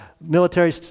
military